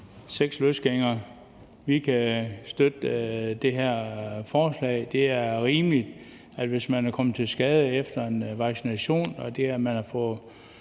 repræsenterer, kan støtte det her forslag. Det er rimeligt, at man, hvis man er kommet til skade efter en vaccination – det kan være